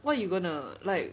what you gonna like